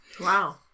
wow